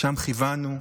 לשם כיוונו.